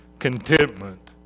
contentment